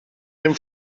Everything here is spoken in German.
dem